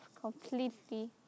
completely